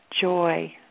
joy